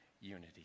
unity